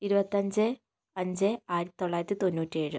ഇരുപത്തി അഞ്ച് അഞ്ച് ആയിരത്തി തൊള്ളായിരത്തി തൊണ്ണൂറ്റി ഏഴ്